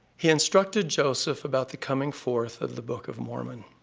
he instructed joseph about the coming forth of the book of mormon.